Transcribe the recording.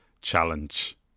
challenge